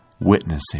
witnessing